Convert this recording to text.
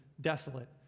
desolate